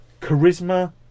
charisma